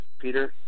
Peter